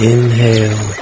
Inhale